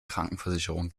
krankenversicherung